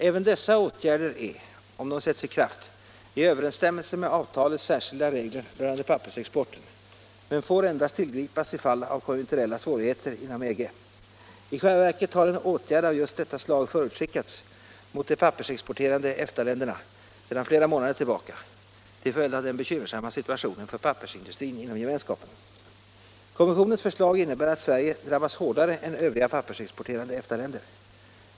Även dessa åtgärder är — om de sätts i kraft — i överensstämmelse med avtalets särskilda regler rörande pappersexporten men får endast tillgripas i fall av konjunkturella svårigheter inom EG. I själva verket har en åtgärd av just detta slag förutskickats mot de pappersexporterande EFTA-länderna sedan flera månader till följd av den bekymmersamma situationen för pappersindustrin inom gemenskapen. Kommissionens förslag innebär att Sverige drabbas hårdare än övriga pappersexporterande EFTA-länder.